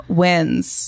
wins